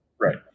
right